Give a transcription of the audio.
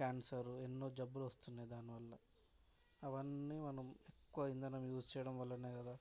cancer ఎన్నో జబ్బులు వస్తున్నాయి దానివల్ల అవన్నీ మనం ఎక్కువ ఇంధనం యూస్ చేయడం వల్లనే కదా